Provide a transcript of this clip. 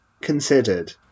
considered